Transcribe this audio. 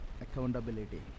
accountability